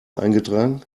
eingetragen